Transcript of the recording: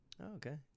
okay